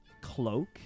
cloak